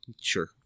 Sure